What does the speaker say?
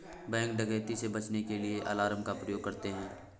bank डकैती से बचने के लिए अलार्म का प्रयोग करते है